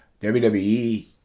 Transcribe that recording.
WWE